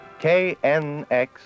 KNX